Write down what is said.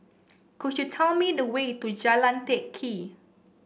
could you tell me the way to Jalan Teck Kee